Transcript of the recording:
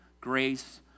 Grace